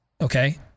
Okay